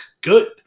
good